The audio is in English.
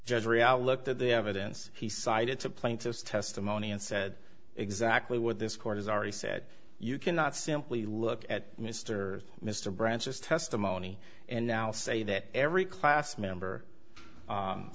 outlook that the evidence he cited to plaintiff's testimony and said exactly what this court has already said you cannot simply look at mr mr branches testimony and now say that every class member